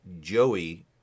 Joey